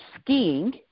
skiing